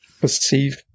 perceive